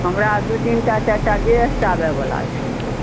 हमरा दू तीन टा चारि टा गेस्ट आबै बला छै